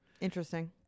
interesting